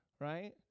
right